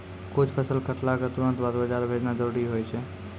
कुछ फसल कटला क तुरंत बाद बाजार भेजना जरूरी होय छै